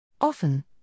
Often